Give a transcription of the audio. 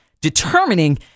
determining